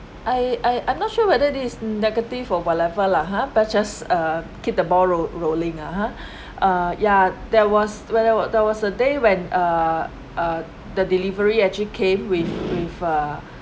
I I I'm not sure whether this is negative or whatever lah ha but just uh keep the ball roll~ rolling ah ha uh yeah there was there was there was a day when uh uh the delivery actually came with with uh